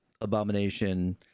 abomination